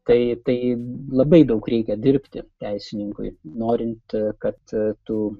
tai tai labai daug reikia dirbti teisininkui norint kad tu